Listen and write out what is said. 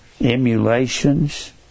emulations